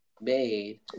made